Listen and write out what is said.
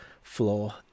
floor